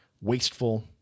wasteful